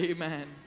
Amen